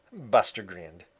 buster grinned.